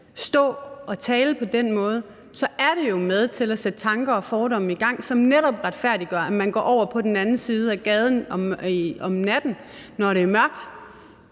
stå og tale på den måde, så er det jo med til at sætte tanker og fordomme i gang, som netop retfærdiggør, at man går over på den anden side af gaden om natten, når det er mørkt.